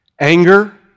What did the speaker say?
anger